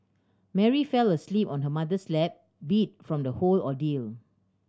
Mary fell asleep on her mother's lap beat from the whole ordeal